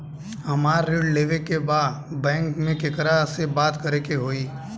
हमरा ऋण लेवे के बा बैंक में केकरा से बात करे के होई?